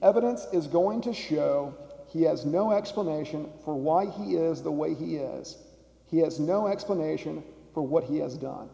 evidence is going to show he has no explanation for why he is the way he is he has no explanation for what he has done